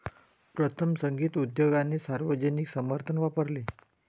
प्रथम, संगीत उद्योगाने सार्वजनिक समर्थन वापरले